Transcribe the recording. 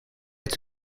had